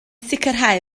sicrhau